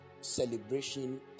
celebration